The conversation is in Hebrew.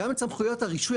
גם את סמכויות הרישוי,